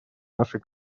нашей